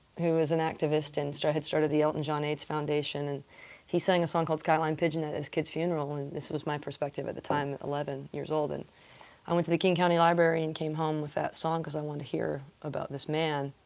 who was an activist and so had started the elton john aids foundation. and he sang a song called skyline pigeon at this kid's funeral. and this was my perspective at the time, eleven years old. and i went to the king county library and came home with that song because i wanted to hear about this man.